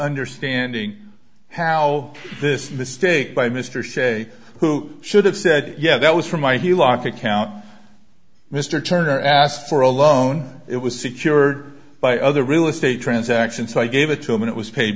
understanding how this mistake by mr sze who should have said yeah that was from my he locked account mr turner asked for a loan it was secured by other real estate transaction so i gave it to him and it was paid